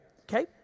okay